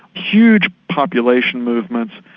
huge population movements,